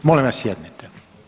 Molim vas sjednite.